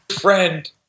friend